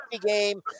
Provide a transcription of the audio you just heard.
game